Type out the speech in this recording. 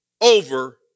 over